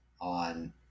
on